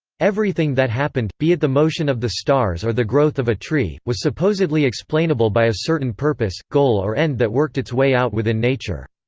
everything that happened, be it the motion of the stars or the growth of a tree, was supposedly explainable by a certain purpose, goal or end that worked its way out within nature.